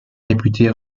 réputée